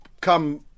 come